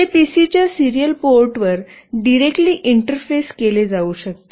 आणि ते पीसीच्या सिरियल पोर्टवर डिरेकली इंटरफेस केले जाऊ शकते